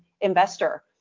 investor